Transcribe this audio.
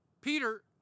Peter